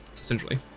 essentially